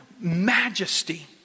majesty